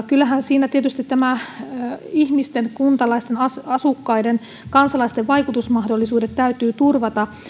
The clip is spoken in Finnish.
kyllähän siinä tietysti ihmisten kuntalaisten asukkaiden kansalaisten vaikutusmahdollisuudet täytyy turvata